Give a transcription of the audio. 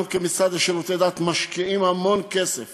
אנחנו במשרד לשירותי דת משקיעים המון כסף